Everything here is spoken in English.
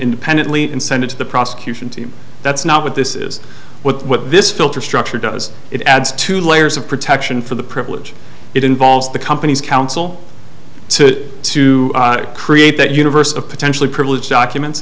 independently and send it to the prosecution team that's not what this is what this filter structure does it adds two layers of protection for the privilege it involves the company's counsel to to create that universe of potentially privileged documents